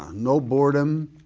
ah no boredom,